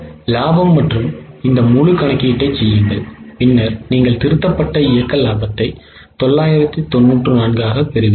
இலாபம் அல்லது இந்த முழு கணக்கீட்டைச் செய்யுங்கள் பின்னர் நீங்கள் திருத்தப்பட்ட இயக்க லாபத்தை 994 ஆகப் பெறுவீர்கள்